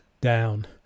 down